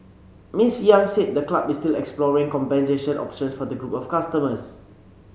Miss Yang said the club is still exploring compensation options for the group of customers